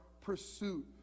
pursuit